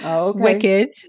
Wicked